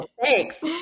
Thanks